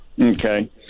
Okay